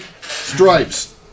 stripes